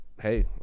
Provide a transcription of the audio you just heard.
hey